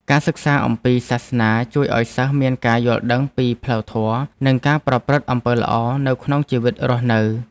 ការសិក្សាអំពីសាសនាជួយឱ្យសិស្សមានការយល់ដឹងពីផ្លូវធម៌និងការប្រព្រឹត្តអំពើល្អនៅក្នុងជីវិតរស់នៅ។